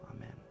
Amen